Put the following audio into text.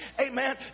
Amen